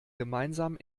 gemeinsam